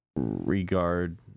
regard